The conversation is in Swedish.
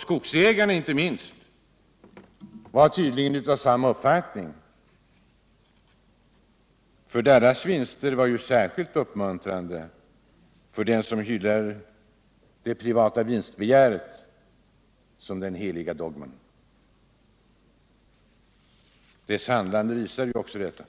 Skogsägarna var uppenbarligen av samma uppfattning, för deras vinster var särskilt uppmuntrande för dem som hyllar det privata vinstbegäret som den heliga dogmen. Deras handlande visar också på detta.